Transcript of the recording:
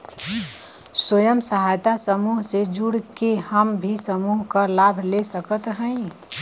स्वयं सहायता समूह से जुड़ के हम भी समूह क लाभ ले सकत हई?